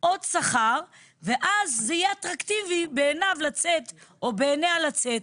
עוד שכר ואז זה יהיה אטרקטיבי בעיניו או בעיניה לצאת.